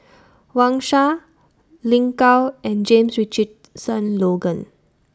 Wang Sha Lin Gao and James Richardson Logan